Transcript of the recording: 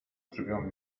drzwiom